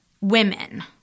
women